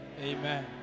amen